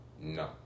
No